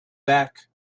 back